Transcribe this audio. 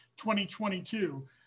2022